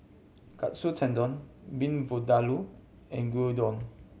Katsu Tendon Beef Vindaloo and Gyudon